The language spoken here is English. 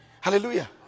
Hallelujah